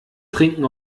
trinken